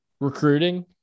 recruiting